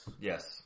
Yes